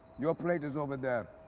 your plate is over there.